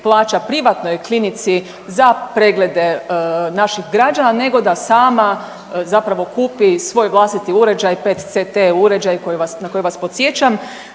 privatnoj klinici za preglede naših građana nego da sama zapravo kupi svoj vlastiti uređaj, 5 CT uređaj na koji vas podsjećam,